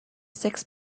six